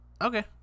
Okay